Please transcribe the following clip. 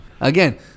Again